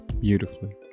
beautifully